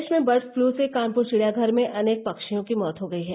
प्रदेश में bird flu से कानपूर चिड़ियाघर में अनेक पक्षियों की मौत हो गई है